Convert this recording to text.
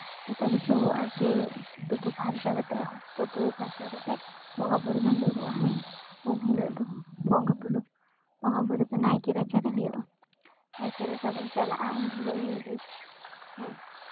ᱡᱚᱛᱚ ᱠᱤᱪᱷᱩ ᱟᱨᱠᱤ ᱛᱩᱯᱩ ᱯᱷᱟᱨᱪᱟ ᱠᱟᱛᱮᱜ ᱛᱩᱯᱩ ᱯᱷᱟᱨᱪᱟ ᱠᱟᱛᱮᱜ ᱵᱚᱸᱜᱟᱼᱵᱩᱨᱩ ᱵᱚᱱ ᱫᱩᱲᱩᱵᱟ ᱩᱢ ᱦᱤᱞᱳᱜ ᱫᱚ ᱵᱚᱸᱜᱟᱼᱵᱩᱨᱩ ᱵᱚᱸᱜᱟᱼᱵᱩᱨᱩ ᱫᱚ ᱱᱟᱭᱠᱮ ᱨᱟᱪᱟᱨᱮ ᱦᱩᱭᱩᱜᱼᱟ ᱱᱟᱭᱠᱮ ᱨᱟᱪᱟᱵᱚᱱ ᱪᱟᱞᱟᱜᱼᱟ ᱩᱱ ᱦᱤᱞᱚᱜ ᱧᱤᱫᱟᱹ ᱦᱮᱸ